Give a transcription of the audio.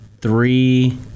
three